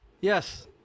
Yes